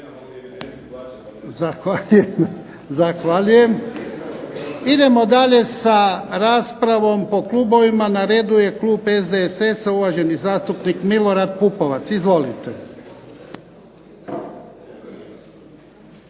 Zahvaljujem. Idemo dalje sa raspravom po klubovima. Na redu je klub SDSS-a, uvaženi zastupnik Milorad Pupovac. Izvolite.